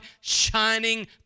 shining